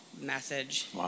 message